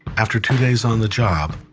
after two days on the job,